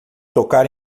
tocar